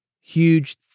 huge